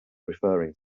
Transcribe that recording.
referring